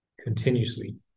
continuously